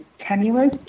tenuous